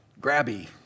grabby